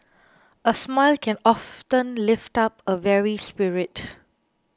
a smile can often lift up a weary spirit